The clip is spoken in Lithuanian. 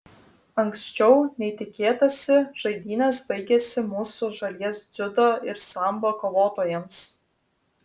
anksčiau nei tikėtasi žaidynės baigėsi mūsų šalies dziudo ir sambo kovotojams